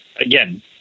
again